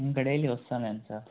ఇంక డైలీ వస్తాను లేండి సార్